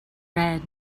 red